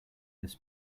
this